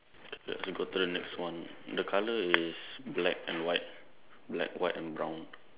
go to the next one the color is black and white black white and brown